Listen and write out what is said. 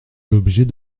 l’objet